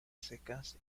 secas